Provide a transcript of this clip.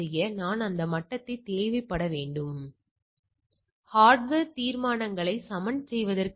எனவே நாம் மீண்டும் அடுத்த வகுப்பிலும் கை வர்க்கப் பரவலை மேலும் தொடருவோம்